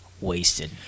wasted